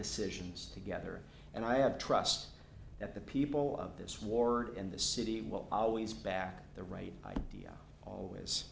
decisions together and i have trust that the people of this war in this city will always back the right idea always